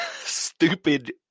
stupid